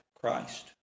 Christ